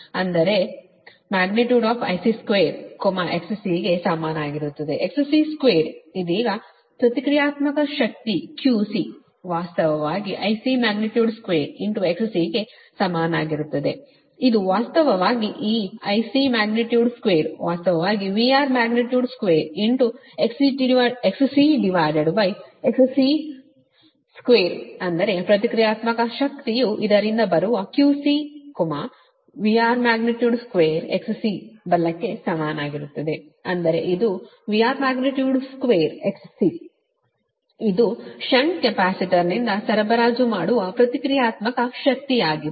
ಅಂದರೆ IC2 XC ಗೆ ಸಮನಾಗಿರುತ್ತದೆ XC ಸ್ಕ್ವೇರ್ ಇದೀಗ ಪ್ರತಿಕ್ರಿಯಾತ್ಮಕ ಶಕ್ತಿ QC ವಾಸ್ತವವಾಗಿ IC2XCಗೆ ಸಮಾನವಾಗಿರುತ್ತದೆ ಅದು ವಾಸ್ತವವಾಗಿ ಈ IC2ವಾಸ್ತವವಾಗಿ VR2XCXC2 ಅಂದರೆ ಪ್ರತಿಕ್ರಿಯಾತ್ಮಕ ಶಕ್ತಿಯು ಇದರಿಂದ ಬರುವ QC VR2 XC ಬಲಕ್ಕೆ ಸಮಾನವಾಗಿರುತ್ತದೆ ಅಂದರೆ ಇದು VR2 XC ಇದು ಷಂಟ್ ಕೆಪಾಸಿಟರ್ನಿಂದ ಸರಬರಾಜು ಮಾಡುವ ಪ್ರತಿಕ್ರಿಯಾತ್ಮಕ ಶಕ್ತಿಯಾಗಿದೆ